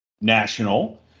national